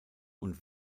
und